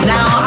Now